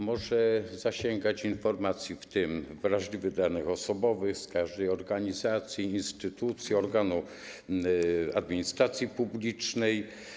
Może zasięgać informacji, w tym wrażliwych danych osobowych, z każdej organizacji, instytucji, organu administracji publicznej.